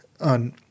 on